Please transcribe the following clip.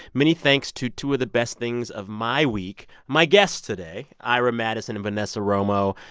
many thanks to two of the best things of my week my guests today, ira madison and vanessa romo.